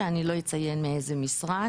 שאני לא אציין מאיזה משרד,